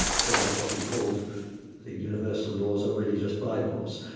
so that what we've called the universal laws are really just bylaws?